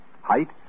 Height